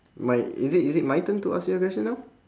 mine is it is it my turn to ask you the question now